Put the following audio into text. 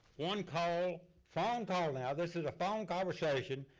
one call, phone call now, this is a phone conversation,